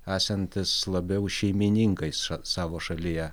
esantys labiau šeimininkais ša savo šalyje